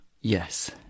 Yes